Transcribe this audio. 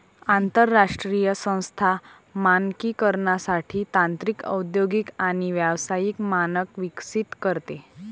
आंतरराष्ट्रीय संस्था मानकीकरणासाठी तांत्रिक औद्योगिक आणि व्यावसायिक मानक विकसित करते